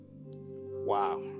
Wow